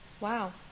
Wow